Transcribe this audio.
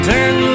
Turn